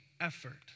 effort